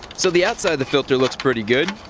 so the outside the filter looks pretty good.